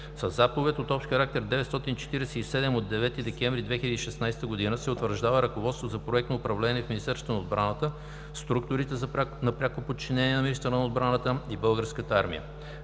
Със Заповед № ОХ-947/9 декември 2016 г. се утвърждава „Ръководството за проектно управление в Министерството на отбраната, структурите на пряко подчинение на министъра на отбраната и Българската армия“.